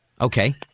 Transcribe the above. Okay